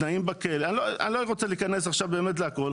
תנאים בכלא אני לא רוצה להיכנס לכול,